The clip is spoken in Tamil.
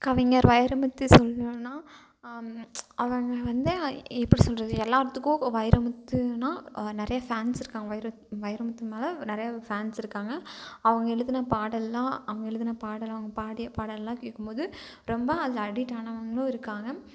கவிஞர் வைரமுத்து சொல்லணுன்னா அவங்க வந்து எப்படி சொல்வது எல்லாத்துக்கும் வைரமுத்துனால் நிறைய ஃபேன்ஸ் இருக்காங்க வைர வைரமுத்து மேலே நிறைய ஃபேன்ஸ் இருக்காங்க அவங்க எழுதுன பாடலெலாம் அவங்க எழுதுன பாடல் அவங்க பாடிய பாடலெலாம் கேட்கும்போது ரொம்ப அதில் அடிக்ட் ஆனவர்களும் இருக்காங்க